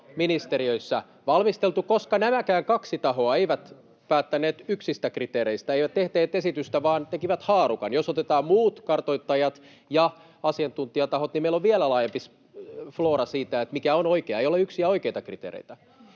ministeriöissä valmisteltu, koska nämäkään kaksi tahoa eivät päättäneet yksistä kriteereistä eli eivät tehneet esitystä vaan tekivät haarukan. Jos otetaan muut kartoittajat ja asiantuntijatahot, niin meillä on vielä laajempi floora siitä, mikä on oikea. Ei ole yksiä oikeita kriteereitä.